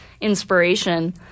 inspiration